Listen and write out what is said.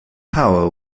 power